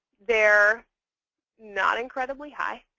they're not incredibly high.